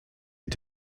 est